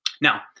Now